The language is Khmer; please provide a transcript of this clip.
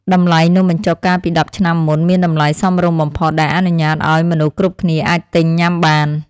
តម្លៃនំបញ្ចុកកាលពីដប់ឆ្នាំមុនមានតម្លៃសមរម្យបំផុតដែលអនុញ្ញាតឱ្យមនុស្សគ្រប់គ្នាអាចទិញញ៉ាំបាន។